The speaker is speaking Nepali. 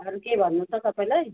अरू केही भन्नु छ तपाईँलाई